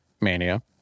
Mania